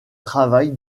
travail